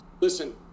Listen